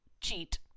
cheat